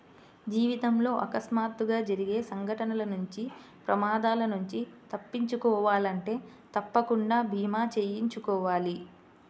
జీవితంలో అకస్మాత్తుగా జరిగే సంఘటనల నుంచి ప్రమాదాల నుంచి తప్పించుకోవాలంటే తప్పకుండా భీమా చేయించుకోవాలి